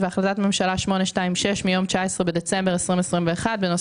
והחלטת ממשלה 826 מיום 19 בדצמבר 2021 בנושא